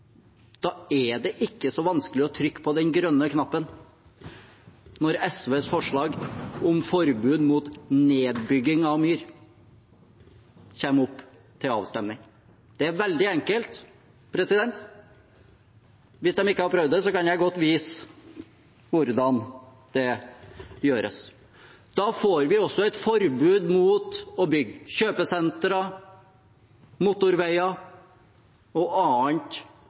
er det ikke så vanskelig å trykke på den grønne knappen når SVs forslag om forbud mot nedbygging av myr kommer opp til avstemning. Det er veldig enkelt. Hvis de ikke har prøvd det, kan jeg godt vise hvordan det gjøres. Da får vi også et forbud mot å bygge kjøpesenter, motorveier og annet